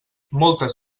moltes